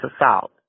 assault